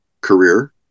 career